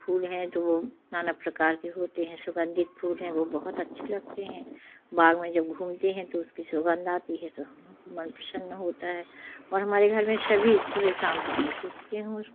फूल हैं तो वो नाना प्रकार के होते हैं सुगंधित फूल हैं वो बहुत अच्छे लगते हैं बाग में जब घूमते हैं तो उसकी सुगंध आती है तो हमको मन प्रसन्न होता है और हमारे घर में सभी सुबह शाम पानी सींचते हैं उसको